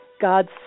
God's